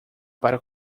para